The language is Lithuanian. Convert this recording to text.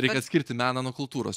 reik atskirti meną nuo kultūros